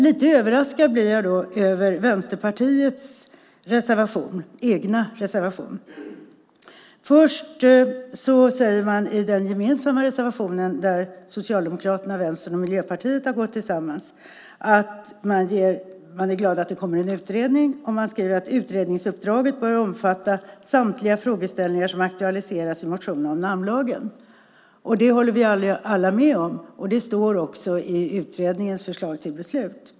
Lite överraskad blir jag över Vänsterpartiets egen reservation. Först säger man i den gemensamma reservationen, där Socialdemokraterna, Vänstern och Miljöpartiet har gått tillsammans, att man är glad för att det kommer en utredning. Man skriver: "Utredningsuppdraget bör omfatta samtliga frågeställningar som aktualiseras i motionerna om namnlagen." Det håller vi alla med om, och det står också i utskottets förslag till beslut.